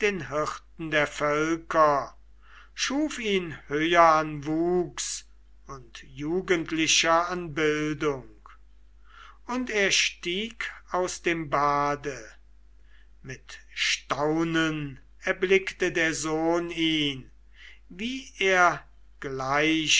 hirten der völker schuf ihn höher an wuchs und jugendlicher an bildung und stieg aus dem bade mit staunen erblickte der sohn ihn wie er gleich